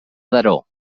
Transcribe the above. daró